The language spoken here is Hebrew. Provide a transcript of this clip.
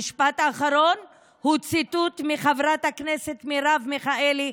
המשפט האחרון הוא ציטוט מחברת הכנסת מרב מיכאלי,